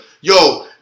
yo